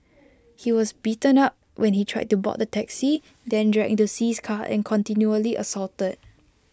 he was beaten up when he tried to board the taxi then dragged into See's car and continually assaulted